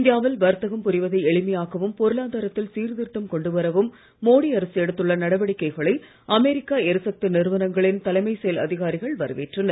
India வில் வர்த்தகம் புரிவதை எளிமையாக்கவும் பொருளாதாரத்தில் சீர்திருத்தம் கொண்டுவரவும் மோடி அரசு எடுத்துள்ள நடவடிக்கைகளை அமெரிக்கா எரிசக்தி நிறுவனங்களின் தலைமைச் செயல் அதிகாரிகள் வரவேற்றனர்